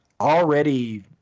already